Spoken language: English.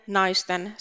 naisten